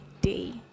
day